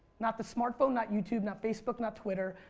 not the smart phone, not youtube, not facebook, not twitter,